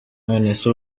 nonese